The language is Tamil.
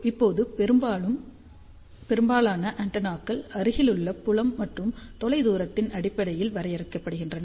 இப்போது பெரும்பாலான ஆண்டெனாக்கள் அருகிலுள்ள புலம் மற்றும் தொலைதூரத்தின் அடிப்படையில் வரையறுக்கப்படுகின்றன